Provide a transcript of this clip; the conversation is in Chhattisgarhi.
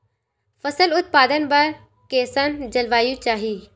फसल उत्पादन बर कैसन जलवायु चाही?